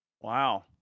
Wow